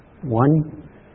one